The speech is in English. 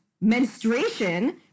menstruation